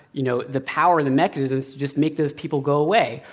you know, the power or the mechanisms to just make those people go away.